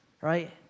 Right